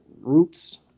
roots